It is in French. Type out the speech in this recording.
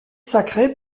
sacré